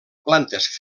plantes